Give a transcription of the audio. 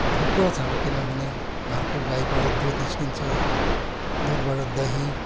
थुप्रै छन् किन भने घरको गाईबाट दुध निस्किन्छ दुधबाट दही